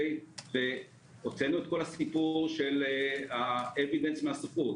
והוצאנו את כל הסיפור של ה- evidence מהספרות,